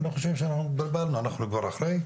אני לא חושב שהתבלבלנו אנחנו כבר אחרי,